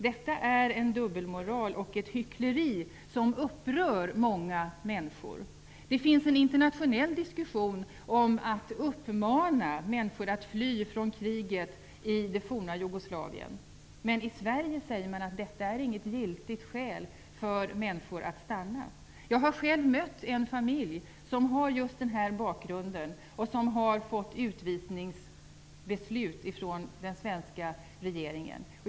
Detta är en dubbelmoral och ett hyckleri som upprör många människor. Det förs en internationell diskussion om att man skall uppmana människor att fly från kriget i det forna Jugoslavien. Men i Sverige säger man att detta inte är något giltigt skäl för att människor skall få stanna. Jag har själv mött en familj som har den här bakgrunden och som har fått ett utvisningsbeslut från den svenska regeringen.